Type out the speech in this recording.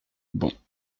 bon